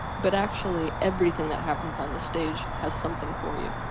but actually everything that happens on this stage has something for you.